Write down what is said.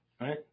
right